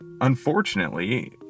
unfortunately